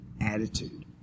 attitude